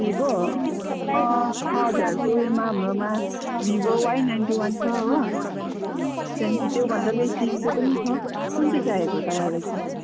Vivo छः हजारको उयोमा हाम्रोमा भिभो वाई नाइनटी वन छ हो त्यहाँदेखि त्योभन्दा बेसीको पनि छ कुन चाहिँ चाहिएको तपाईँलाई चाहिँ